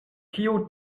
kiu